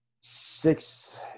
six